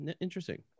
Interesting